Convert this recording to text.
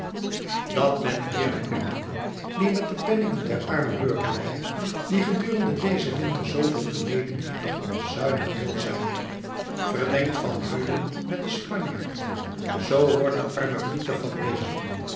dat men eerlijke lieden die met de penningen der arme burgerij die gedurende dezen winter zooveel geleden heeft zuinig wil zijn verdenkt van heulen met den spanjaard zoo wordt de arme pieter van wezel